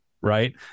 Right